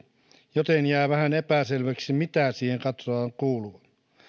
joten jää vähän epäselväksi mitä siihen katsotaan kuuluvan